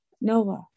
Noah